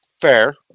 Fair